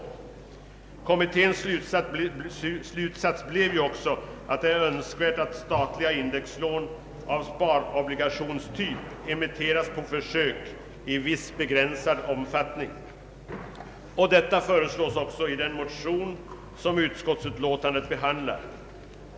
Kommitténs slutsats blev att det är önskvärt att statliga indexlån av sparobligationstyp emitteras på försök i viss begränsad omfattning. Detta föreslås också i den motion som utskottsutlåtandet behandlar.